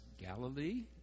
Galilee